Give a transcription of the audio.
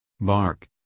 Bark